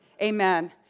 Amen